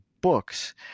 books